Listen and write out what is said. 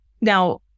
Now